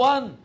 One